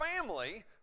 family